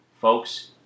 Folks